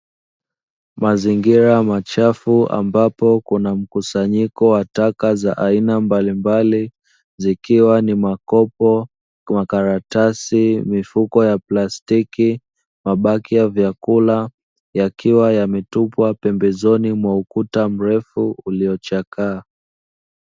Mazingira machafu ambapo kuna mkusanyiko wa taka za aina mbalimbali zikiwa ni makopo, makaratasi, mifuko ya plastiki, mabaki ya vyakula; yakiwa yametupwa pembezoni mwa ukuta mrefu uliochakaa.